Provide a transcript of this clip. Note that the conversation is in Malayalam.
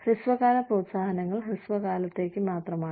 ഹ്രസ്വകാല പ്രോത്സാഹനങ്ങൾ ഹ്രസ്വകാലമാണ്